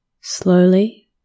Slowly